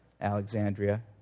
Alexandria